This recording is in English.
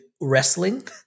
wrestling